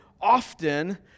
often